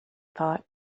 thought